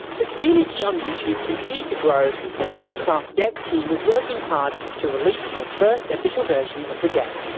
the community on youtube continued to grow and the minecraft dev team was working hard to release the first official version of the game.